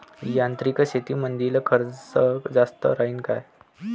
यांत्रिक शेतीमंदील खर्च जास्त राहीन का?